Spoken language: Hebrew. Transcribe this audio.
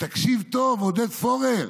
ותקשיב טוב, עודד פורר,